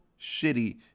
shitty